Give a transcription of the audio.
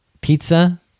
pizza